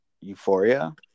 euphoria